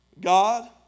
God